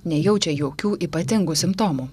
nejaučia jokių ypatingų simptomų